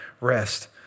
rest